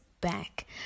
back